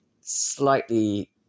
slightly